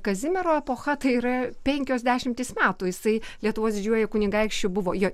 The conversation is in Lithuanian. kazimiero epocha tai yra penkios dešimtys metų jisai lietuvos didžiuoju kunigaikščiu buvo jo